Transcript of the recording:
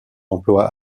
emploi